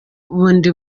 bundi